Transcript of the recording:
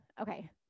okay